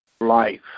life